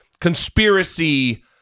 conspiracy